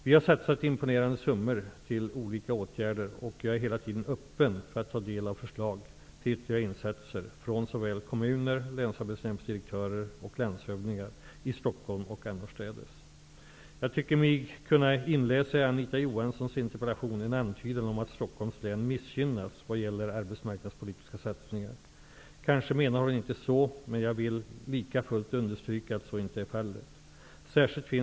Vi har satsat imponerande summor till olika åtgärder och jag är hela tiden öppen för att ta del av förslag till ytterligare insatser från såväl kommuner, och länsarbetsdirektörer som landshövdingar, i Jag tycker mig kunna inläsa i Anita Johanssons interpellation en antydan om att Stockholms län missgynnas vad gäller arbetsmarknadspolitiska satsningar. Kanske menar hon inte så, men jag vill likafullt understryka att så inte är fallet.